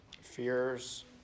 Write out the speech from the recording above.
Fears